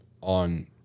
on –